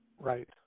Right